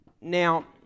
Now